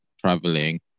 traveling